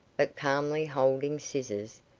but calmly holding scissors,